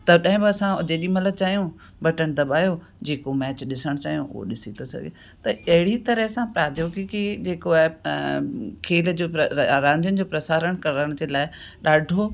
तॾहिं ब असां जेॾी महिल चाहियूं बटण दबायो जे को मैच ॾिसणु चाहियूं उहो ॾिसी थो सघे त अहिड़ी तरह सां प्राद्योगिकी जे को आहे खेल जो रांदियुनि जो प्रसारण करण जे लाइ ॾाढो